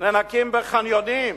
נאנקים בחניונים.